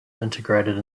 integrated